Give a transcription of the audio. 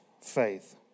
faith